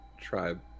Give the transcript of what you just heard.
tribe